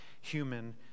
human